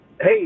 Hey